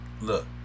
Look